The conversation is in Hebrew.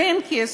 ואין כסף,